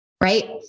right